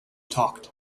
talked